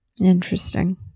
Interesting